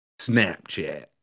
Snapchat